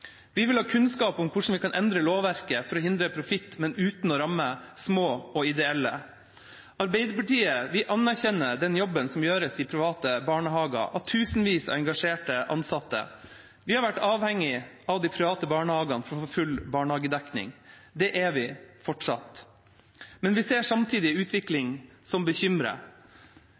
Vi vil ha kunnskap om hvordan vi kan endre lovverket for å hindre profitt, men uten å ramme små og ideelle. Arbeiderpartiet anerkjenner den jobben som gjøres i private barnehager av tusenvis av engasjerte ansatte. Vi har vært avhengig av de private barnehagene for å få full barnehagedekning. Det er vi fortsatt, men vi ser samtidig en utvikling som bekymrer.